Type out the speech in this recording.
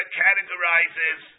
categorizes